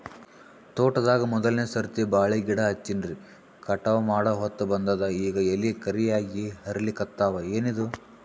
ತೋಟದಾಗ ಮೋದಲನೆ ಸರ್ತಿ ಬಾಳಿ ಗಿಡ ಹಚ್ಚಿನ್ರಿ, ಕಟಾವ ಮಾಡಹೊತ್ತ ಬಂದದ ಈಗ ಎಲಿ ಕರಿಯಾಗಿ ಹರಿಲಿಕತ್ತಾವ, ಏನಿದು?